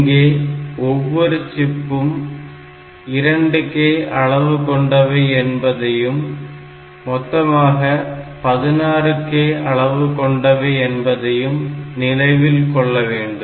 இங்கே ஒவ்வொரு சிப்பும் 2k அளவு கொண்டவை என்பதையும் மொத்தமாக 16k அளவு கொண்டவை என்பதையும் நினைவில் கொள்ளவேண்டும்